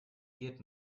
geht